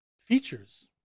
features